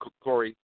Corey